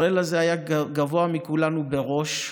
הראל הזה היה גבוה מכולנו בראש.